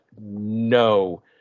no